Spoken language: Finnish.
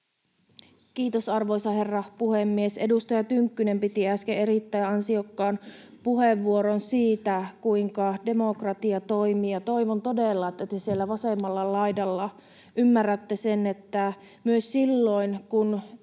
Kiitos, arvoisa herra puhemies! Edustaja Tynkkynen piti äsken erittäin ansiokkaan puheenvuoron siitä, kuinka demokratia toimii. Toivon todella, että te siellä vasemmalla laidalla ymmärrätte sen, että myös silloin kun